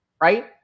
right